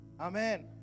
Amen